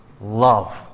love